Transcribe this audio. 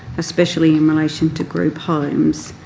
especially in relation to group homes.